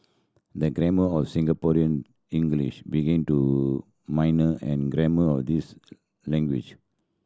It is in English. the grammar of Singaporean English begin to minor and grammar of these language